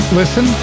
listen